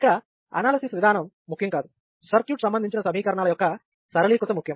ఇక్కడ అనాలసిస్ విధానం ముఖ్యం కాదు సర్క్యూట్ సంబంధించిన సమీకరణాల యొక్క సరళీకృత ముఖ్యం